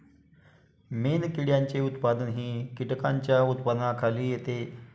मेणकिड्यांचे उत्पादनही कीटकांच्या उत्पादनाखाली येते